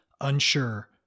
unsure